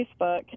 Facebook